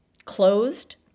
closed